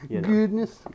goodness